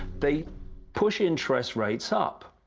they push interest rates up!